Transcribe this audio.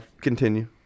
continue